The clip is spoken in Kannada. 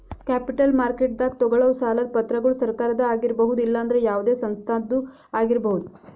ಕ್ಯಾಪಿಟಲ್ ಮಾರ್ಕೆಟ್ದಾಗ್ ತಗೋಳವ್ ಸಾಲದ್ ಪತ್ರಗೊಳ್ ಸರಕಾರದ ಆಗಿರ್ಬಹುದ್ ಇಲ್ಲಂದ್ರ ಯಾವದೇ ಸಂಸ್ಥಾದ್ನು ಆಗಿರ್ಬಹುದ್